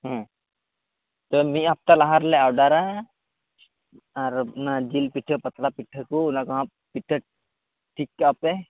ᱦᱮᱸ ᱛᱚᱵᱮ ᱢᱤᱫ ᱦᱟᱯᱛᱟ ᱞᱟᱦᱟᱨᱮᱞᱮ ᱚᱰᱟᱨᱟ ᱟᱨ ᱚᱱᱟ ᱡᱤᱞ ᱯᱤᱴᱷᱟᱹ ᱯᱟᱛᱲᱟ ᱯᱤᱴᱷᱟᱹᱠᱚ ᱚᱱᱟᱠᱚᱦᱟᱜ ᱯᱮᱠᱮᱴ ᱴᱷᱤᱠ ᱠᱟᱜᱼᱟᱯᱮ